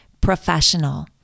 Professional